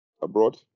abroad